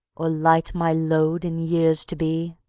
or light my load in years to be?